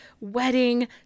wedding